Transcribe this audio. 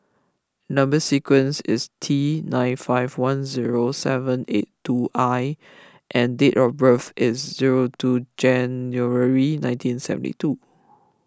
Number Sequence is T nine five one zero seven eight two I and date of birth is zero two January nineteen seventy two